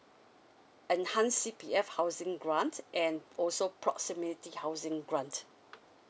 enhance C_P_F housing grants and also proximity housing grant